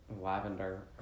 lavender